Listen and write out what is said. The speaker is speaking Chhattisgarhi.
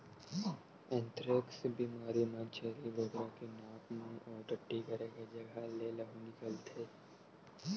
एंथ्रेक्स बेमारी म छेरी बोकरा के नाक, मूंह अउ टट्टी करे के जघा ले लहू निकलथे